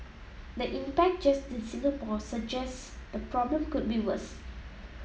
the impact just in Singapore suggests the problem could be worse